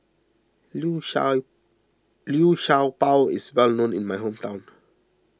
Liu Sha Liu Sha Bao is well known in my hometown